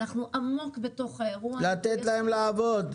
אנחנו עמוק בתוך האירוע --- לתת להם לעבוד.